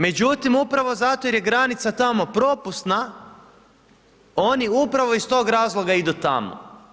Međutim, upravo zato jer je granica tamo propusna, oni upravo iz tog razloga idu tamo.